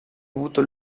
avuto